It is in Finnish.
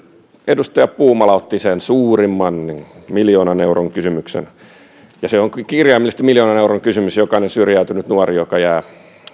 edustaja puumala otti sen suurimman miljoonan euron kysymyksen se onkin kirjaimellisesti miljoonan euron kysymys jokainen syrjäytynyt nuori joka jää